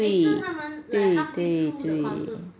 ya 对对